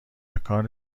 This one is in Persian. کار